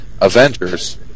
Avengers